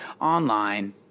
online